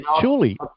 Surely